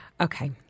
Okay